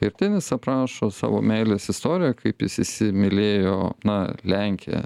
ir ten jis aprašo savo meilės istoriją kaip jis įsimylėjo na lenkę